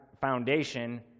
foundation